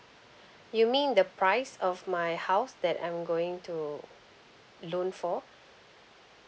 you mean the price of my house that I'm going to loan for